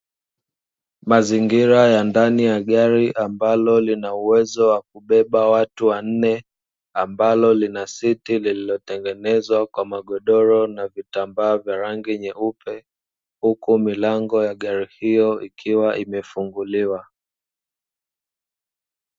Mazingira ya ndani ya gari ambalo lina uwezo wa kubeba watu wanne, ambalo lina siti lililotengenezwa kwa magodoro na vitambaa vya rangi nyeupe, huku milango ya gari hiyo ikiwa imefunguliwa.